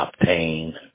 obtain